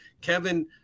Kevin